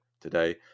today